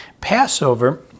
Passover